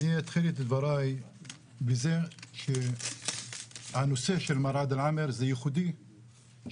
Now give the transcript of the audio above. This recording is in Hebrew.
אני אתחיל את דבריי בזה שהנושא של מר עאדל עאמר ייחודי שבאמת